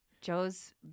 Joe's